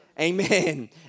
Amen